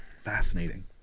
Fascinating